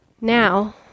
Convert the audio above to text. Now